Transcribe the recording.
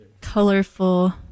Colorful